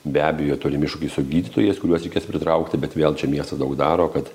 be abejo turim iššūkį su gydytojais kuriuos reikės pritraukti bet vėl čia miestas daug daro kad